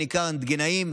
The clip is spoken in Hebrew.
רנטגנאים,